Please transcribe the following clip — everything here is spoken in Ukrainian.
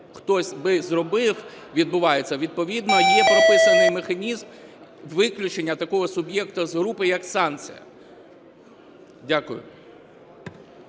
хтось би зробив, відбувається, відповідно є прописаний механізм виключення такого суб'єкту з групи як санкція. Дякую.